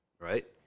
right